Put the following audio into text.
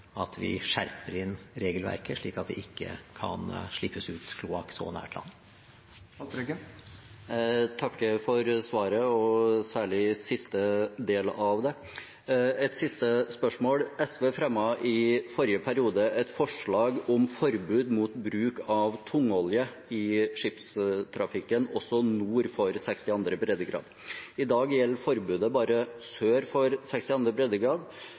at vi skjerper inn regelverket, slik at det ikke kan slippes ut kloakk så nært land. Jeg takker for svaret, særlig siste del av det. Et siste spørsmål – SV fremmet i forrige periode et forslag om forbud mot bruk av tungolje i skipstrafikken også nord for 62. breddegrad. I dag gjelder forbudet bare sør for 62. breddegrad.